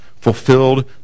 fulfilled